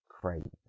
crazy